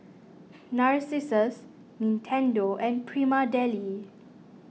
Narcissus Nintendo and Prima Deli